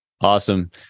Awesome